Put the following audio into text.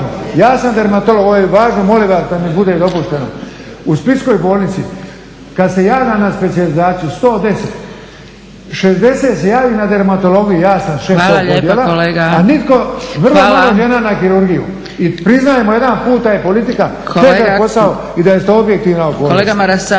Ja sam dermatolog, ovo je važno, molim vas da mi bude dopušteno, u Splitskoj bolnici kad se javlja na specijalizaciju 110, 60 se javi na dermatologiju, ja sam šef tog odjela a nitko, vrlo je malo žena na kirurgiji. I priznajmo jedan put da je politika težak posao i da je to objektivna okolnost.